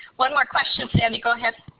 one more question, sandy. go ahead.